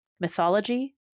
mythology